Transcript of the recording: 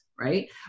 Right